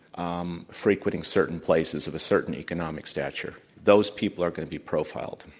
um frequenting certain places of a certain economic stature. those people are going to be profiled.